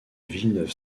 villeneuve